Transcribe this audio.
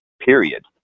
period